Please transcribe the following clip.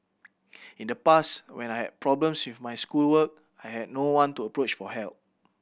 in the past when I have problems with my schoolwork I had no one to approach for help